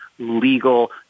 legal